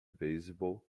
beisebol